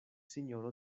sinjoro